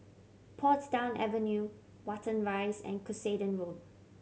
Portsdown Avenue Watten Rise and Cuscaden Road